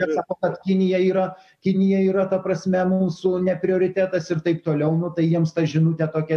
ir sako kad kinija yra kinija yra ta prasme mūsų neprioritetas ir taip toliau nu tai jiems ta žinutė tokia